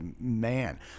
man